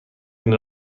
این